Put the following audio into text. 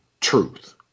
truth